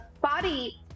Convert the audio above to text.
body